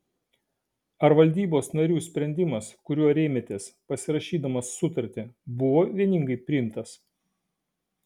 ar valdybos narių sprendimas kuriuo rėmėtės pasirašydamas sutartį buvo vieningai priimtas